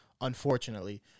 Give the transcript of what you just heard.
unfortunately